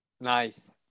nice